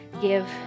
give